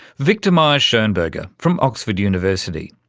viktor mayer-schonberger from oxford university.